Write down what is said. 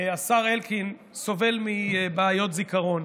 סובל מבעיות זיכרון.